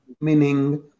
meaning